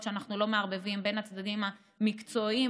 שאנחנו לא מערבבים בין הצדדים המקצועיים,